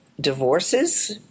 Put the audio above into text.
Divorces